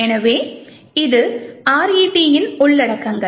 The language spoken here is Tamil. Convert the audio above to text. எனவே இது RET யின் உள்ளடக்கங்கள்